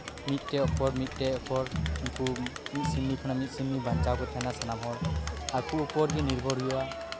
ᱢᱤᱫᱴᱮᱱ ᱩᱯᱚᱨ ᱢᱤᱫᱴᱮᱱ ᱩᱯᱚᱨ ᱩᱱᱠᱩ ᱢᱤᱫ ᱥᱨᱮᱱᱤ ᱠᱷᱚᱱᱟᱜ ᱢᱤᱫ ᱥᱨᱮᱱᱤ ᱵᱟᱧᱪᱟᱣᱠᱚ ᱛᱟᱦᱮᱱᱟ ᱥᱟᱱᱟᱢ ᱦᱚᱲ ᱟᱠᱚ ᱩᱯᱚᱨᱜᱮ ᱱᱤᱨᱵᱷᱚᱨ ᱦᱩᱭᱩᱜᱼᱟ